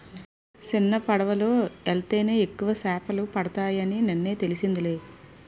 సిన్నపడవలో యెల్తేనే ఎక్కువ సేపలు పడతాయని నిన్నే తెలిసిందిలే